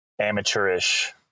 amateurish